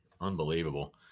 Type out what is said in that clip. Unbelievable